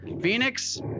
Phoenix